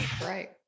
Right